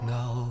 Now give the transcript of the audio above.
Now